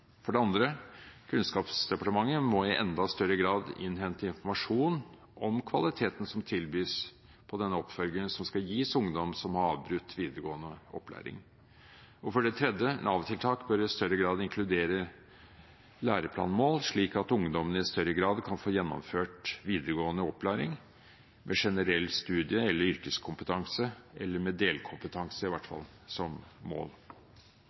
For det andre: Kunnskapsdepartementet må i enda større grad innhente informasjon om kvaliteten som tilbys på den oppfølgingen som skal gis ungdom som har avbrutt videregående opplæring. For det tredje: Nav-tiltak bør i større grad inkludere læreplanmål, slik at ungdommene i større grad kan få gjennomført videregående opplæring med generell studie- eller yrkeskompetanse, eller i hvert fall med delkompetanse som mål.